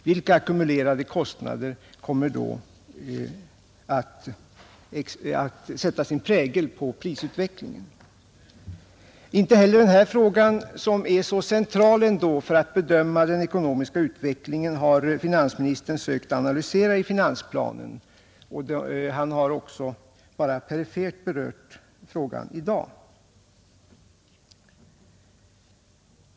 Vilka ackumulerade kostnader kommer då att sätta sin prägel på prisutvecklingen? Inte heller dessa frågor, som ändå är så centrala när man skall bedöma den ekonomiska utvecklingen, har finansministern sökt analysera i finansplanen, och han har bara perifert berört frågan i dag.